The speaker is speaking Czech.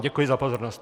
Děkuji za pozornost.